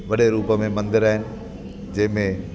वॾे रूप में मंदर आहिनि जंहिंमें